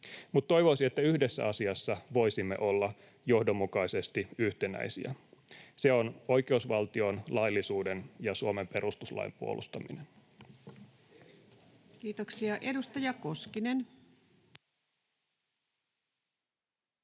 toivoisin, että yhdessä asiassa voisimme olla johdonmukaisesti yhtenäisiä. Se on oikeusvaltion, laillisuuden ja Suomen perustuslain puolustaminen. Kiitoksia. — Edustaja Koskinen.